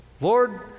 Lord